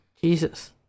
Jesus